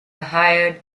hired